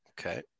Okay